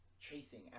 chasing